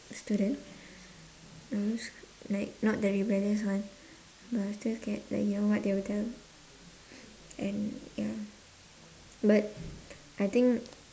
student like not the rebellious one but I still scared like you know what they will tell and ya but I think